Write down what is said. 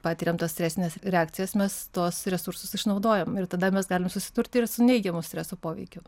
patiriam tas stresines reakcijas mes tuos resursus išnaudojam ir tada mes galime susidurti ir su neigiamu streso poveikiu